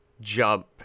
jump